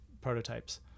prototypes